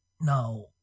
Now